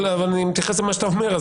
אבל אני מתייחס למה שאתה אומר,